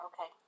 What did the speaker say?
okay